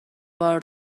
بار